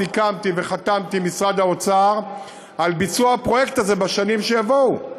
סיכמתי וחתמתי עם משרד האוצר על ביצוע הפרויקט הזה בשנים שיבואו.